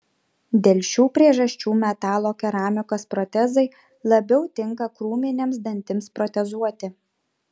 dėl šių priežasčių metalo keramikos protezai labiau tinka krūminiams dantims protezuoti